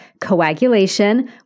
coagulation